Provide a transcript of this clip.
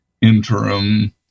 interim